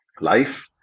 life